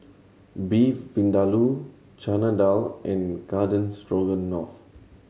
Beef Vindaloo Chana Dal and Garden Stroganoff